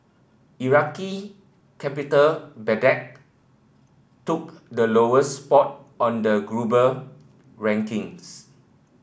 Iraqi capital Baghdad took the lowest spot on the global rankings